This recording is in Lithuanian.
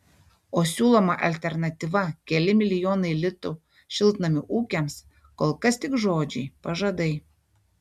o siūloma alternatyva keli milijonai litų šiltnamių ūkiams kol kas tik žodžiai pažadai